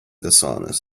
dishonest